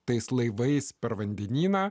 tais laivais per vandenyną